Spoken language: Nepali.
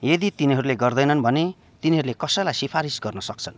यदि तिनीहरूले गर्दैनन् भने तिनीहरूले कसैलाई सिफारिस गर्न सक्छ